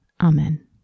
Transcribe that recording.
amen